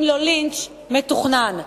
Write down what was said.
אם לא לינץ' מתוכנן.